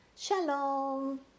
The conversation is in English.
Shalom